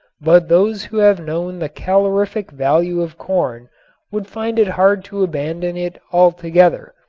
but those who have known the calorific value of corn would find it hard to abandon it altogether,